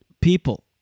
people